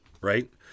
Right